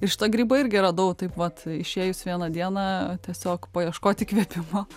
ir šitą grybą irgi radau taip vat išėjus vieną dieną tiesiog paieškot įkvėpimo